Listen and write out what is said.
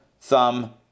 thumb